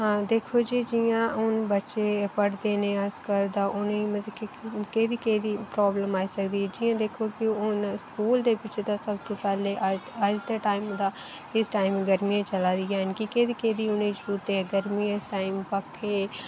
देखो जी जियां हून बच्चे पढ़दे नै अजकल तां उनेंगी मतलब कि केह्दी केह्दी प्राबलम आई सकदी जियां दिक्खो कि हून स्कूल दे बिच्च सबतूं पैहले अज्ज दे टाइम दा इस टाइम गर्मी चला दी यानि कि केहदी केहदी उनेंगी जरूरत ऐ गर्मी ऐ इस टाइम पक्खे